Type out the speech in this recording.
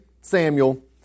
Samuel